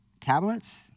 tablets